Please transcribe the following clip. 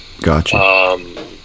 Gotcha